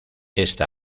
esta